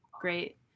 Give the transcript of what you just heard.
Great